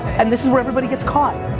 and this is where everybody gets caught.